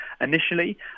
initially